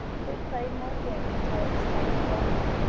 they played more games, until it was time to go home.